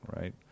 Right